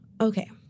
Okay